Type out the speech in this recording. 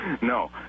no